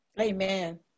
Amen